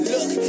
Look